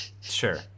Sure